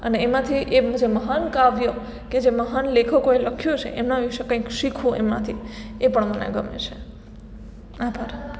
અને એમાંથી એ બીજા મહાન કાવ્ય કે જે મહાન લેખકોએ લખ્યો છે એમના વિષે કંઈક શીખવું એમાંથી એ પણ મને ગમે છે આભાર